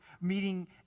meeting